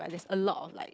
a lot of like